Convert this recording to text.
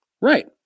Right